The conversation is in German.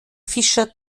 fischer